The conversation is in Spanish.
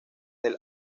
del